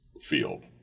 field